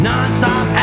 Non-stop